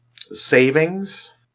savings